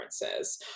differences